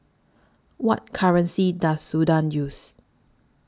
What currency Does Sudan use